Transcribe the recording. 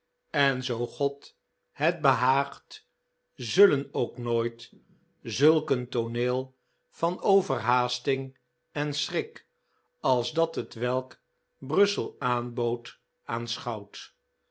en zoo god het behaagt m zullen ook nooit zulk een tooneel van overhaasting en schrik als dat hetwelk brussel aanbood